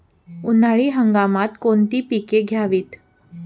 उन्हाळी हंगामात कोणती पिके घ्यावीत?